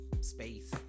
space